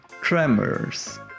Tremors